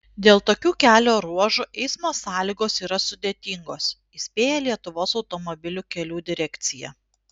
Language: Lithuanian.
dėl tokių kelio ruožų eismo sąlygos yra sudėtingos įspėja lietuvos automobilių kelių direkcija